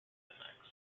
defects